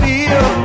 Feel